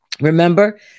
Remember